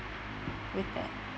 with that